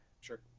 Sure